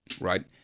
right